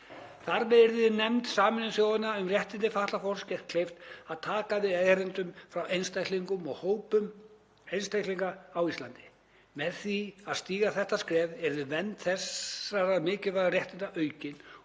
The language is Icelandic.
Þar með yrði nefnd Sameinuðu þjóðanna um réttindi fatlaðs fólks gert kleift að taka við erindum frá einstaklingum og hópum einstaklinga á Íslandi. Með því að stíga þetta skref yrði vernd þessara mikilvægu réttinda aukin